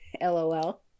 LOL